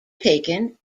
taken